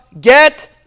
Get